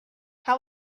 how